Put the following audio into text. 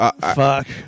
fuck